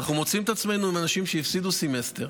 אנחנו מוצאים את עצמנו עם אנשים שהפסידו סמסטר.